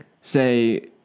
say